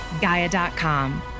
gaia.com